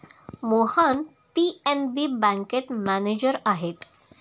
Mohan PNB बँकेत manager आहेत